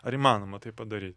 ar įmanoma tai padaryt